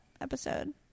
episode